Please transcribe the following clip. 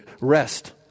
rest